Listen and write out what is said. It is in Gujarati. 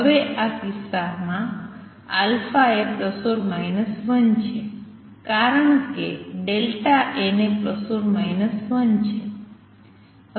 હવે આ કિસ્સામાં α એ ± 1 છે કારણ કે n એ ± 1 છે